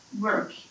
work